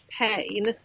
pain